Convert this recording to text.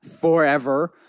forever